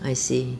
I see